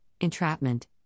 entrapment